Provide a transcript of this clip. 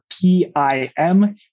P-I-M